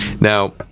Now